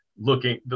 looking